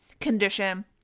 condition